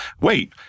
wait